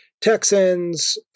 Texans